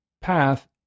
path